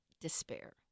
despair